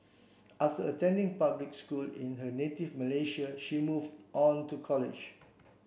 after attending public school in her native Malaysia she move on to college